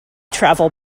travel